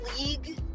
league